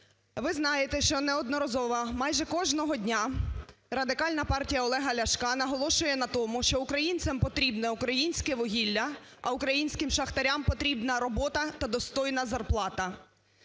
Ви знаєте, що неодноразово, майже кожного дня Радикальна партія Олега Ляшка наголошує на тому, що українцям потрібне українське вугілля, а українським шахтарям потрібна робота та достойна зарплата.